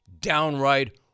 downright